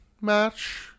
match